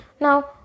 Now